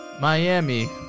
Miami